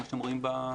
כמו שאתם רואים בגרף.